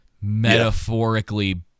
metaphorically